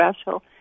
special